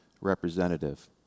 representative